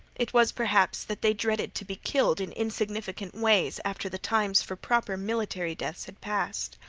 it was perhaps that they dreaded to be killed in insignificant ways after the times for proper military deaths had passed.